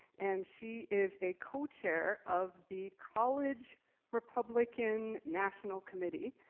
and she is a co-chair of the college republican national committee.